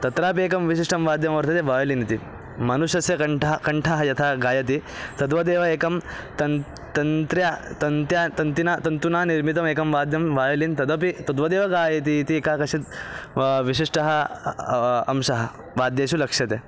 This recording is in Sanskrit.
तत्रापि एकं विशिष्टं वाद्यं वर्तते वायलिन् इति मनुष्यस्य कण्ठः कण्ठः यथा गायति तद्वदेव एकं तन्तुः तन्तुना तन्तुना तन्तुना तन्तुना निर्मितम् एकं वाद्यं वायलिन् तदपि तद्वदेव गायति इति एकः कश्चित् विशिष्टः अंशः वाद्येषु लक्ष्यते